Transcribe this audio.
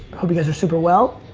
hope you guys are super well.